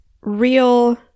real